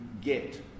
get